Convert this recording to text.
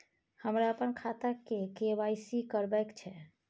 हमरा अपन खाता के के.वाई.सी करबैक छै